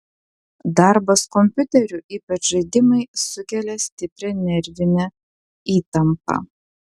darbas kompiuteriu ypač žaidimai sukelia stiprią nervinę įtampą